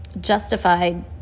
justified